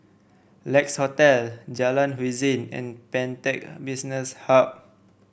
Lex Hotel Jalan Hussein and Pantech Business Hub